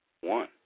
One